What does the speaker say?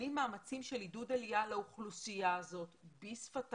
מפעילים מאמצים של עידוד עלייה לאוכלוסייה הזאת בשפתה,